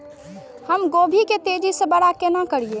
हम गोभी के तेजी से बड़ा केना करिए?